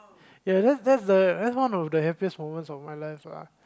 ya that's that's the that's one of the happiest moments of my life ah